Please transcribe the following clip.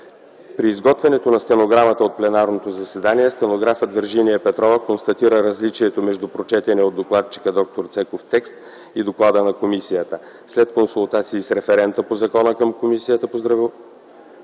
При изготвянето на стенограмата от пленарното заседание стенографът Виржиния Петрова констатира различието между прочетения от докладчика д-р Цеков текст и доклада на комисията. След консултации с референта по закона към Комисията по